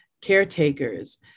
caretakers